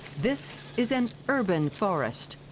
this is an urban forest,